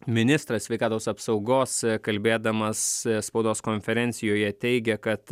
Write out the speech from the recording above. ministras sveikatos apsaugos kalbėdamas spaudos konferencijoje teigė kad